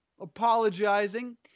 apologizing